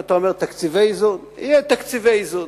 שיהיה תקציבי איזון.